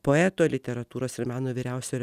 poeto literatūros ir meno vyriausio